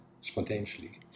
spontaneously